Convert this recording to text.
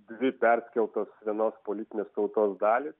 dvi perskeltos vienos politinės tautos dalys